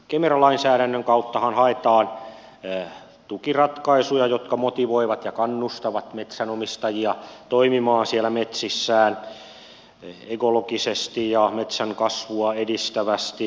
kemera lainsäädännön kauttahan haetaan tukiratkaisuja jotka motivoivat ja kannustavat metsänomistajia toimimaan metsissään ekologisesti ja metsän kasvua edistävästi